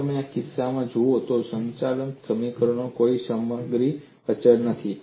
જો તમે આ કિસ્સામાં જુઓ તો સંચાલક સમીકરણમાં કોઈ સામગ્રી અચળ નથી